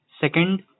second